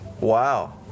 Wow